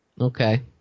okay